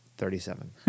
Thirty-seven